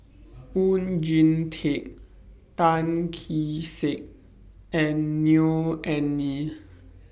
Oon Jin Teik Tan Kee Sek and Neo Anngee